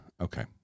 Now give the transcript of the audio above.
Okay